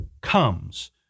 comes